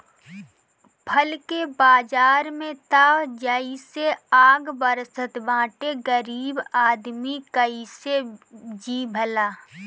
फल के बाजार में त जइसे आग बरसत बाटे गरीब आदमी कइसे जी भला